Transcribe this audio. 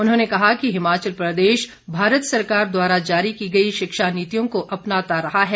उन्होंने कहा कि हिमाचल प्रदेश भारत सरकार द्वारा जारी की गई शिक्षा नीतियों को अपनाता रहा है